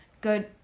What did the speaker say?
good